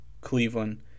Cleveland